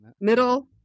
Middle